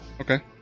Okay